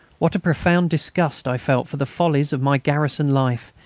what a profound disgust i felt for the follies of my garrison life,